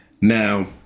Now